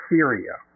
Syria